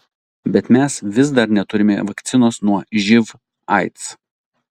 bet mes vis dar neturime vakcinos nuo živ aids